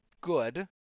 good